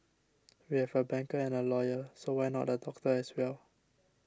we have a banker and a lawyer so why not a doctor as well